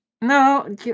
No